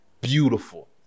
Beautiful